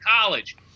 college